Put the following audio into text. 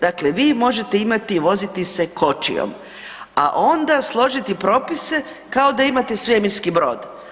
Dakle vi možete imati i voziti se kočijom, a onda složiti propise kao da imate svemirski brod.